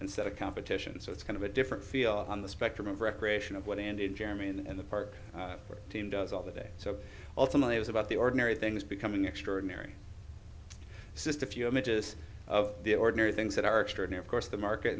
set of competition so it's kind of a different feel on the spectrum of recreation of what and jeremy and the park team does all the day so ultimately it's about the ordinary things becoming extraordinary sista few images of the ordinary things that are extraordinary course the market